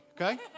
Okay